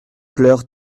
pleure